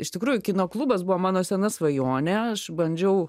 iš tikrųjų kino klubas buvo mano sena svajonė aš bandžiau